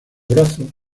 brazos